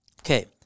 Okay